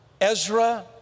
Ezra